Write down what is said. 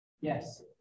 Yes